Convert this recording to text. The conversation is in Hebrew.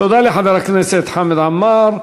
תודה לחבר הכנסת חמד עמאר.